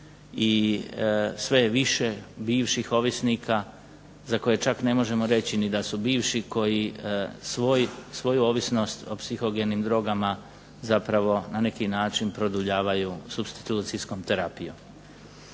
i sve je više bivših ovisnika za koje čak ne možemo reći ni da su bivši koji svoju ovisnost o psihogenim drogama zapravo na neki način produljavaju supstitucijskom terapijom.